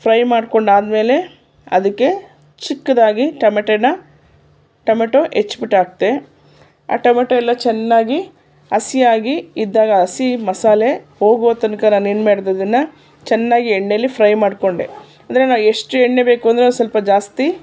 fry ಮಾಡಿಕೊಂಡಾದ್ಮೇಲೆ ಅದಕ್ಕೆ ಚಿಕ್ಕದಾಗಿ ಟಮೆಟೋನ ಟಮೆಟೋ ಹೆಚ್ಬಿಟ್ಟು ಹಾಕಿದೆ ಆ ಟೊಮೇಟೊ ಎಲ್ಲ ಚೆನ್ನಾಗಿ ಹಸಿಯಾಗಿ ಇದ್ದಾಗ ಹಸಿ ಮಸಾಲೆ ಹೋಗುವ ತನಕ ನಾನೇನು ಮಾಡಿದೆ ಅದನ್ನು ಚೆನ್ನಾಗಿ ಎಣ್ಣೇಲಿ ಫ್ರೈ ಮಾಡಿಕೊಂಡೆ ಅಂದರೆ ನಾನು ಎಷ್ಟು ಎಣ್ಣೆ ಬೇಕು ಅಂದರೆ ಒಂದು ಸ್ವಲ್ಪ ಜಾಸ್ತಿ